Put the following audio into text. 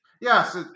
Yes